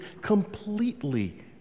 completely